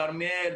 בכרמיאל,